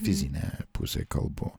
fizinę pusę kalbu